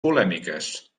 polèmiques